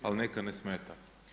Ali neka, ne smeta.